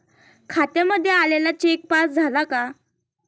खात्यामध्ये आलेला cheque pass झाला का?